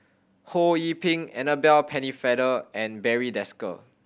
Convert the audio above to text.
Ho Yee Ping Annabel Pennefather and Barry Desker